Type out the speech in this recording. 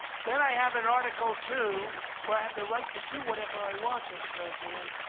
then i have an article two where i have the right to do whatever i want as president.